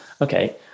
okay